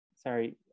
Sorry